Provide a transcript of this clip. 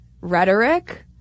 rhetoric